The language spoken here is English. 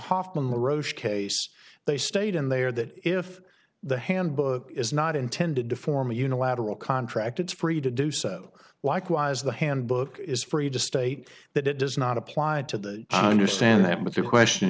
hofmann roge case they stayed in they are that if the handbook is not intended to form a unilateral contract it's free to do so likewise the handbook is free to state that it does not apply to the understand that but the question